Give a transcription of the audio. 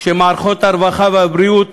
כשמערכות הרווחה והבריאות